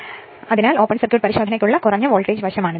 അതിനാൽ open circuit പരിശോധനയ്ക്കുള്ള കുറഞ്ഞ വോൾട്ടേജ് വശമാണിത്